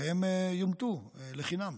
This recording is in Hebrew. והם יומתו לחינם.